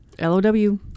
LOW